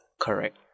Correct